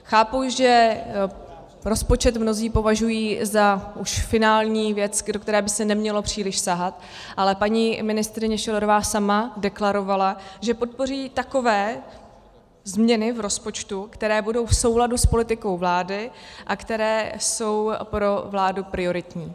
Chápu, že rozpočet mnozí považují za už finální věc, do které by se nemělo příliš sahat, ale paní ministryně Schillerová sama deklarovala, že podpoří takové změny v rozpočtu, které budou v souladu s politikou vlády a které jsou pro vládu prioritní.